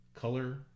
color